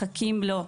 מחכים לו.